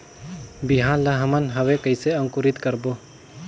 बिहान ला हमन हवे कइसे अंकुरित करबो?